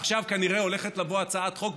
ועכשיו כנראה הולכת לבוא הצעת חוק.